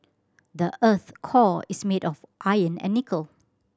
the earth core is made of iron and nickel